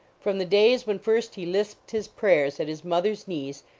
from the days when first he lisped his prayers at his mother s knees,